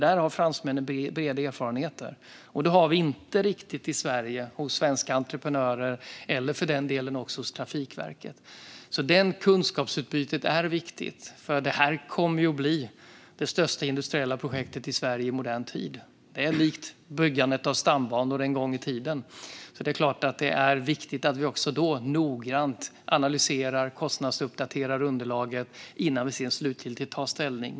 Här har fransmännen bred erfarenhet, vilket varken svenska entreprenörer eller Trafikverket har. Detta kunskapsutbyte är viktigt, för det här kommer att bli det största industriella projektet i Sverige i modern tid. Det går att likna vid byggandet av stambanorna en gång i tiden. Därför är det viktigt att vi noga analyserar och kostnadsuppdaterar underlagen innan vi slutgiltigt tar ställning.